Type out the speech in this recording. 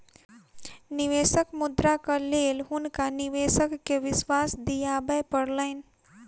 निवेशक मुद्राक लेल हुनका निवेशक के विश्वास दिआबय पड़लैन